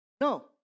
No